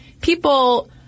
people